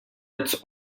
its